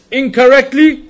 incorrectly